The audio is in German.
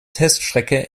teststrecke